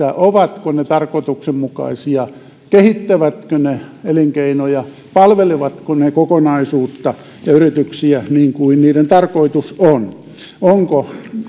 ovatko ne tarkoituksenmukaisia kehittävätkö ne elinkeinoja palvelevatko ne kokonaisuutta ja yrityksiä niin kuin niiden tarkoitus on onko